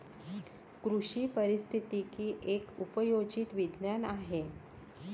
कृषी पारिस्थितिकी एक उपयोजित विज्ञान आहे